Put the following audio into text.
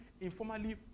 informally